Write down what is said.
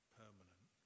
permanent